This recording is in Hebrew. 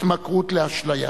התמכרות לאשליה.